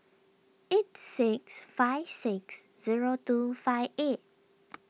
eight six five six zero two five eight